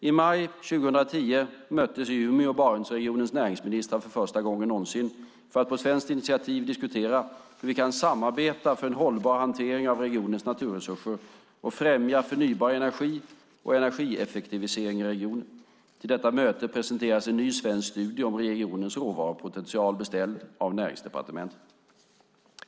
I maj 2010 i Umeå möttes Barentsregionens näringsministrar för första gången någonsin för att på svenskt initiativ diskutera hur vi kan samarbeta för en hållbar hantering av regionens naturresurser och främja förnybar energi och energieffektivisering i regionen. Till detta möte presenterades en ny svensk studie om regionens råvarupotential, beställd av Näringsdepartementet.